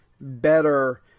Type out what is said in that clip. better